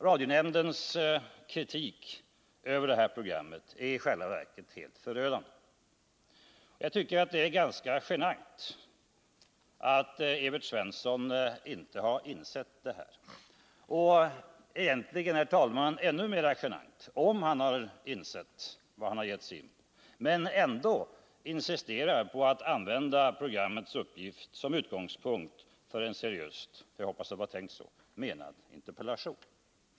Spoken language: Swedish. Radionämndens kritik av detta program är i själva verket helt förödande. Jag tycker det är ganska genant att Evert Svensson inte har insett detta. Och det är egentligen ännu mera genant, herr talman, om han har insett vad han har gett sig in på men ändå insisterar på att använda programmets uppgift som utgångspunkt för en seriöst — jag hoppas det var tänkt så — menad interpellation.